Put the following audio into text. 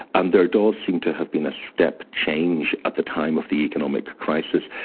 and there does seem to have been a step change at the time of the economic crisis,